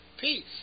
peace